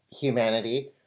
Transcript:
humanity